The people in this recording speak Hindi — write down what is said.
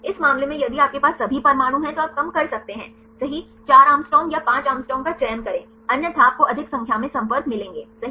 इस मामले में यदि आपके पास सभी परमाणु हैं तो आप कम कर सकते हैं सही 4 Å या 5 Å का चयन करे अन्यथा आपको अधिक संख्या में संपर्क मिलेंगे सही